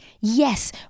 yes